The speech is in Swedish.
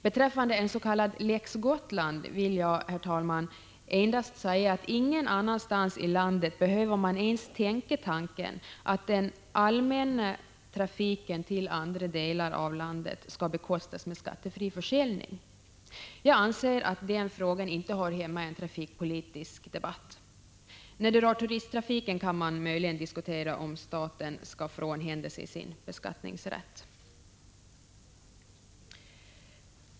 Beträffande en s.k. lex Gotland vill jag, herr talman, endast säga att ingen annanstans i landet behöver man ens tänka tanken, att den allmänna trafiken till andra delar av landet skall bekostas med skattefri försäljning. Jag anser att den frågan inte hör hemma i en trafikpolitisk debatt. När det rör turistpolitik kan man möjligen diskutera om staten skall frånhända sig sin beskattningsrätt.